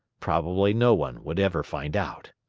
probably no one would ever find out.